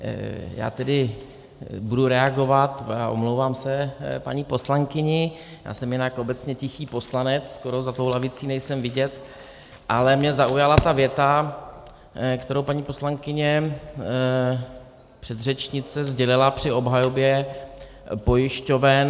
Já tedy budu reagovat, a omlouvám se paní poslankyni, já jsem jinak obecně tichý poslanec, skoro za tou lavicí nejsem vidět, ale mě zaujala ta věta, kterou paní poslankyně předřečnice sdělila při obhajobě pojišťoven.